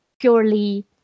purely